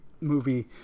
movie